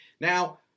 Now